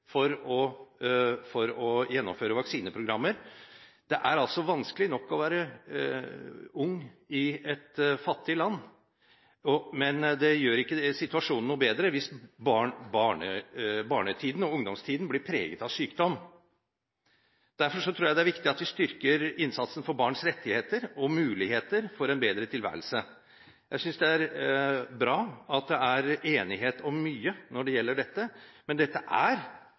ikke situasjonen noe bedre hvis barne- og ungdomstiden blir preget av sykdom. Derfor tror jeg det er viktig at vi styrker innsatsen for barns rettigheter og muligheter for en bedre tilværelse. Jeg synes det er bra at det er enighet om mye når det gjelder dette, men dette er